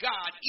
God